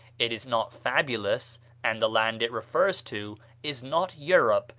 it is not fabulous and the land it refers to is not europe,